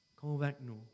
convainc-nous